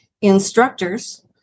instructors